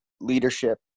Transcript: leadership